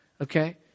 Okay